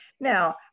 Now